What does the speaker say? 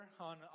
on